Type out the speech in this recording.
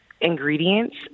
ingredients